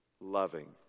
loving